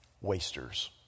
wasters